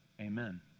Amen